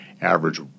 average